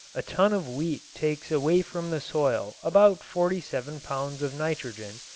a ton of wheat takes away from the soil about forty seven pounds of nitrogen,